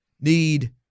need